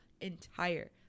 entire